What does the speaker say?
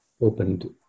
opened